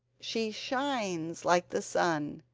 she shines like the sun,